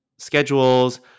schedules